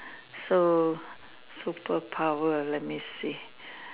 so superpower let me see